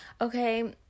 okay